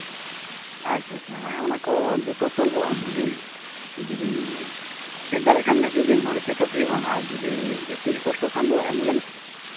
ᱟᱪᱪᱷᱟ ᱟᱪᱪᱷᱟ ᱦᱮᱸ ᱚᱱᱟ ᱠᱚ ᱡᱚᱛᱚ ᱥᱚᱞᱵᱷᱚᱜᱼᱟ ᱟᱹᱵᱤᱱ ᱡᱩᱫᱤ ᱵᱤᱱ ᱦᱮᱡ ᱫᱟᱲᱮᱭᱟᱜᱼᱟ ᱠᱷᱟᱱ ᱦᱤᱡᱩᱜ ᱵᱤᱱ ᱱᱚᱰᱮ ᱪᱮᱠ ᱟᱯ ᱦᱩᱭᱩᱜᱼᱟ ᱟᱨ ᱡᱩᱫᱤ ᱡᱟᱹᱥᱛᱤ ᱜᱮ ᱠᱚᱥᱴᱚ ᱠᱷᱟᱱ ᱫᱚ ᱮᱢᱵᱩᱞᱮᱱᱥ